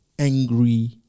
angry